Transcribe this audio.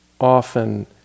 often